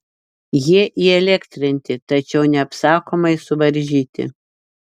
jie įelektrinti tačiau neapsakomai suvaržyti